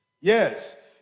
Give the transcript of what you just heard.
Yes